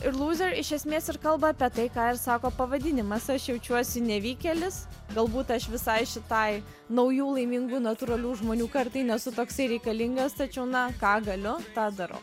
ir lūžio iš esmės ir kalba apie tai ką sako pavadinimas aš jaučiuosi nevykėlis galbūt aš visai šitai naujų laimingų natūralių žmonių kartai nesu toksai reikalingas tačiau na ką galiu tą darau